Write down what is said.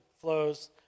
flows